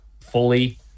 fully